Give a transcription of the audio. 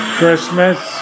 Christmas